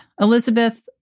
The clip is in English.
Elizabeth